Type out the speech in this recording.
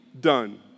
done